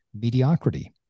mediocrity